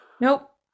nope